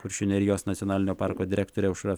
kuršių nerijos nacionalinio parko direktorė aušra